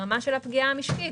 ברמה של הפגיעה המשקית,